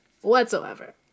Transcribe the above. whatsoever